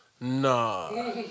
Nah